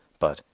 but,